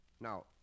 Now